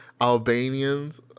Albanians